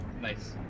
Nice